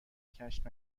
کشف